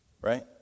Right